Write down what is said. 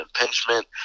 impingement